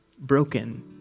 broken